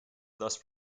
thus